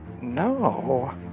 no